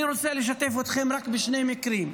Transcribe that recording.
אני רוצה לשתף אתכם רק בשני מקרים.